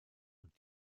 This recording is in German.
und